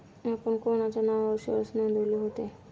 आपण कोणाच्या नावावर शेअर्स नोंदविले होते?